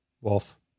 Wolf